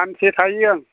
सानसे थायो आं